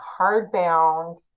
hardbound